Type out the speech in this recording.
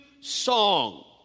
song